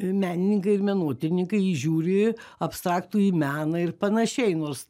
menininkai ir menotyrininkai įžiūri abstraktųjį meną ir panašiai nors